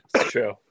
True